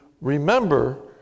remember